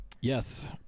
Yes